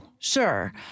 Sure